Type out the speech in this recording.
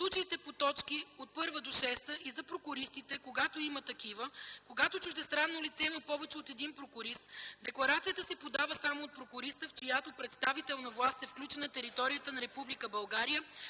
случаите по т. 1-6 – и за прокуристите, когато има такива; когато чуждестранно лице има повече от един прокурист, декларацията се подава само от прокуриста, в чиято представителна власт е включена територията на